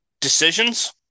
decisions